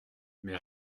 mais